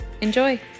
Enjoy